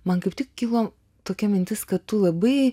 man kaip tik kilo tokia mintis kad tu labai